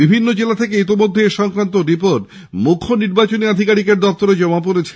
বিভিন্ন জেলা থেকে ইতোমধ্য এই সংক্রান্ত একটি রিপোর্ট মুখ্য নির্বাচনি আধিকারিকের কাছে জমা পড়েছে